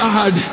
God